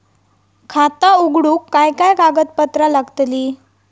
खाता उघडूक काय काय कागदपत्रा लागतली?